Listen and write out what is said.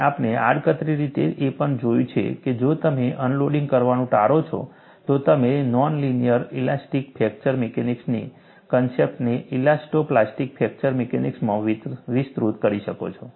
અને આપણે આડકતરી રીતે એ પણ જોયું છે કે જો તમે અનલોડિંગ કરવાનું ટાળો છો તો તમે નોન લિનિયર ઇલાસ્ટિક ફ્રેક્ચર મિકેનિક્સની કન્સેપ્ટને ઇલાસ્ટો પ્લાસ્ટિક ફ્રેક્ચર મિકેનિક્સમાં વિસ્તૃત કરી શકો છો